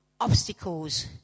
obstacles